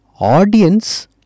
Audience